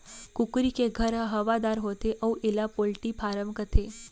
कुकरी के घर ह हवादार होथे अउ एला पोल्टी फारम कथें